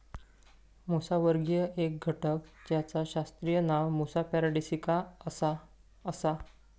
मुसावर्गीय एक घटक जेचा शास्त्रीय नाव मुसा पॅराडिसिका असा आसा